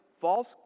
false